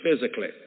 physically